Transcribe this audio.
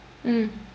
mm